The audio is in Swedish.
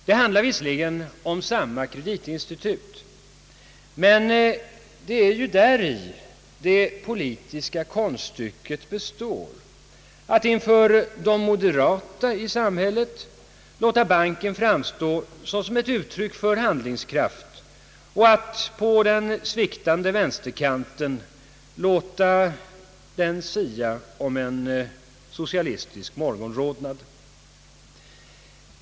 Det handlar visserligen om samma kreditinstitut, men det politiska konststycket består däri, att inför de moderata i samhället låta banken framstå såsom ett uttryck för handlingskraft och att på den sviktande vänsterkanten låta den sia om en socialistisk morgonrodnad.